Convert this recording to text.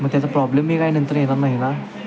मग त्याचा प्रॉब्लेम बी काय नंतर येणार नाही ना